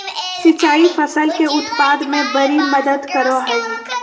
सिंचाई फसल के उत्पाद में बड़ी मदद करो हइ